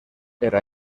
era